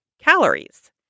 calories